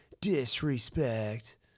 Disrespect